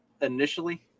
initially